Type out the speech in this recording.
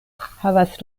havas